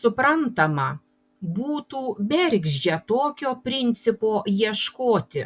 suprantama būtų bergždžia tokio principo ieškoti